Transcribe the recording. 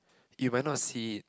you might not see it